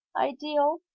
ideal